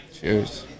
Cheers